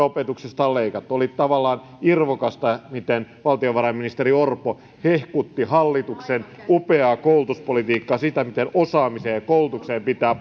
opetuksesta on leikattu oli tavallaan irvokasta miten valtiovarainministeri orpo hehkutti hallituksen upeaa koulutuspolitiikkaa sitä miten osaamiseen ja koulutukseen pitää